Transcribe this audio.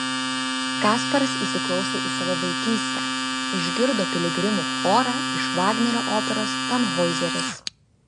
kasparas įsiklausė į savo vaikystę išgirdo piligrimų chorą iš vagnerio operos tanhoizeris